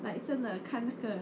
like 真的看那个